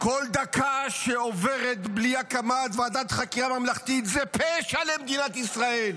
כל דקה שעוברת בלי הקמת ועדת חקירה ממלכתית זה פשע למדינת ישראל.